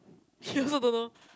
she also don't know